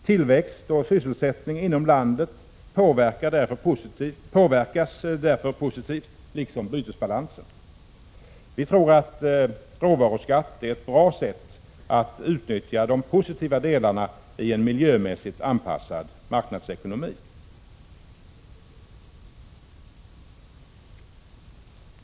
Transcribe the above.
Tillväxt och sysselsättning inom landet liksom bytesbalansen påverkas därför positivt. Vi tror att råvaruskatt är ett bra sätt att utnyttja de positiva delarna i en miljömässigt anpassad marknadsekonomi.